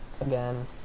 Again